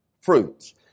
Fruits